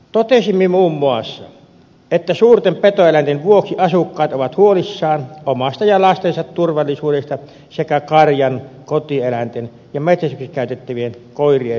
totesimme muun muassa että suurten petoeläinten vuoksi asukkaat ovat huolissaan omasta ja lastensa turvallisuudesta sekä karjan kotieläinten ja metsästyksessä käytettävien koirien menetyksestä